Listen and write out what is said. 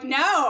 no